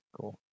Cool